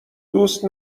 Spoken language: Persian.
دوست